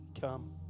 come